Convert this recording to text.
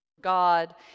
God